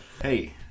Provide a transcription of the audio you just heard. Hey